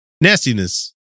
nastiness